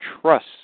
trust